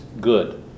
good